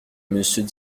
monsieur